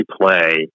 play